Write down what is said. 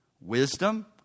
wisdom